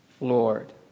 Lord